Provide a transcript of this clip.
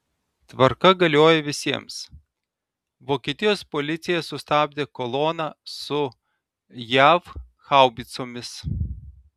tvarka galioja visiems vokietijos policija sustabdė koloną su jav haubicomis